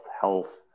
health